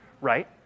right